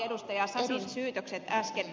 sasin syytökset äsken